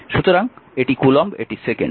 সুতরাং এটি কুলম্ব এটি সেকেন্ড